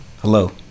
hello